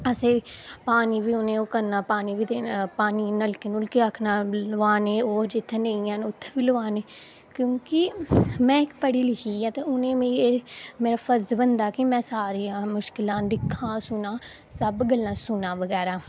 असें पानी बी उ'नें ओह् करना पानी पानी नलकै नुलके गी आक्खना लोआनै ओह् जित्थें निं हैन उत्थें बी लोआने क्योंकि में इक्क पढ़ी लिखी दी ऐ ते उ'नें ई इक्क मेरा फर्ज बनदा कि में सारें ई मुश्कलां दिक्खां सुनां सब गल्लां सुनां बगैरा